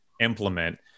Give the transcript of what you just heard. implement